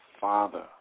Father